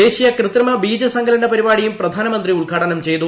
ദേശീയ കൃത്രിമ ബീജസങ്കലന പരിപാടിയും പ്രധാനമന്ത്രി ഉദ്ഘാടനം ചെയ്തു